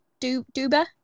Duba